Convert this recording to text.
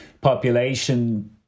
population